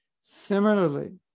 Similarly